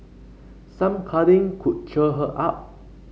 some cuddling could cheer her up